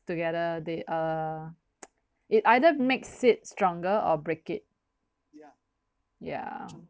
together they uh it either makes it stronger or break it ya